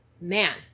man